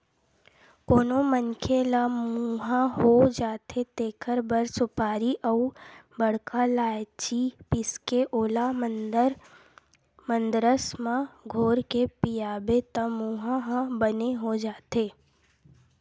कोनो मनखे ल मुंहा हो जाथे तेखर बर सुपारी अउ बड़का लायची पीसके ओला मंदरस म घोरके पियाबे त मुंहा ह बने हो जाथे